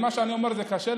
מה שאני אומר זה קשה,